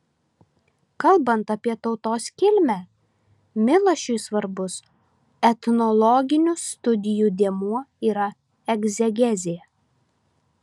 kalbant apie tautos kilmę milašiui svarbus etnologinių studijų dėmuo yra egzegezė